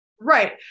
Right